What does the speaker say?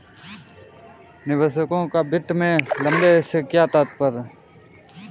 निवेशकों का वित्त में लंबे से क्या तात्पर्य है?